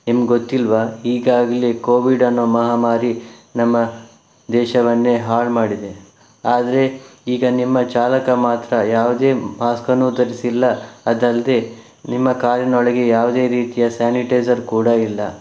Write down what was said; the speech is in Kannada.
ನಿಮ್ಗೊತ್ತಿಲ್ವಾ ಈಗಾಗಲೇ ಕೋವಿಡ್ ಅನ್ನೋ ಮಹಾಮಾರಿ ನಮ್ಮ ದೇಶವನ್ನೇ ಹಾಳುಮಾಡಿದೆ ಆದರೆ ಈಗ ನಿಮ್ಮ ಚಾಲಕ ಮಾತ್ರ ಯಾವುದೇ ಮಾಸ್ಕನ್ನು ಧರಿಸಿಲ್ಲ ಅದಲ್ಲದೆ ನಿಮ್ಮ ಕಾರಿನೊಳಗೆ ಯಾವುದೇ ರೀತಿಯ ಸ್ಯಾನಿಟೈಸರ್ ಕೂಡ ಇಲ್ಲ